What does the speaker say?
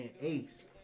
Ace